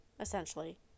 essentially